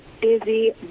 busy